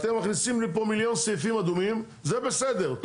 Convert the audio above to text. אתם מכניסים לי פה מיליון סעיפים אדומים, זה בסדר.